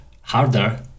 harder